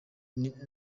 ubuyobozi